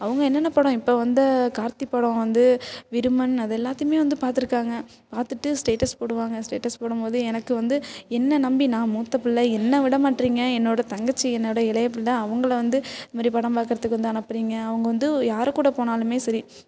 அவங்க என்னென்ன படம் இப்போ வந்த கார்த்தி படம் வந்து விருமன் அது எல்லாத்தையும் வந்து பாத்திருக்காங்க பார்த்துட்டு ஸ்டேட்டஸ் போடுவாங்க ஸ்டேட்டஸ் போடும்போது எனக்கு வந்து என்னை நம்பி நான் மூத்த பிள்ள என்னை விடமாட்றீங்க என்னோட தங்கச்சி என்னோட இளைய பிள்ள அவங்கள வந்து இதுமாதிரி படம் பாக்கிறதுக்கு வந்து அனுப்புறீங்க அவங்க வந்து யாருக்கூட போனாலும் சரி